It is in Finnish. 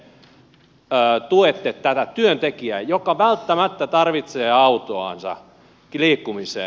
miten te tuette tätä työntekijää joka välttämättä tarvitsee autoansa liikkumiseen